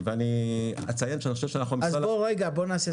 בוא נעשה סדר.